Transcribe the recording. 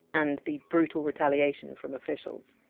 and the brutal retaliation from officials.